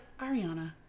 Ariana